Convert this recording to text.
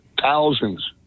Thousands